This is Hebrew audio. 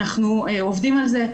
אנחנו עובדים על זה.